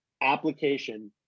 application